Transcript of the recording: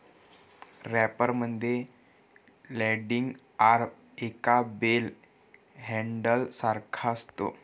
wrapper मध्ये landing arm एका bell handler सारखा असतो